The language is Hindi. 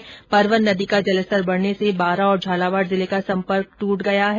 वहीं परवन नदी का जलस्तर बढने से बारां और झालावाड जिले का सम्पर्क दूट गया है